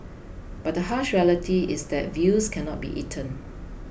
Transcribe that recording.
but the harsh reality is that views cannot be eaten